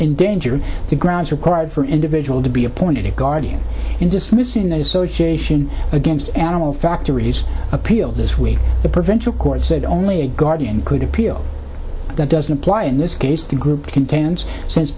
in danger to grounds required for individual to be appointed a guardian in dismissing the association against animal factory's appeal this week the preventer court said only a guardian could appeal that doesn't apply in this case the group contends since